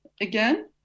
again